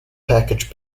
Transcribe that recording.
package